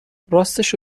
راستشو